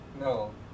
No